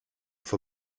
for